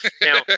Now